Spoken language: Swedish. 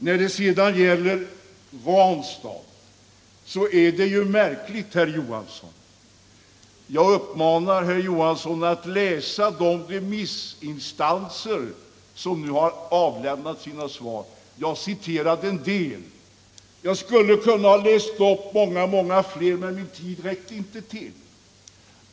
När det sedan gäller Ranstad uppmanar jag herr Johansson att läsa de remissvar som nu har avgivits. Jag har citerat en del av dem. Jag skulle ha kunnat läsa upp många fler, men min tid räckte inte till.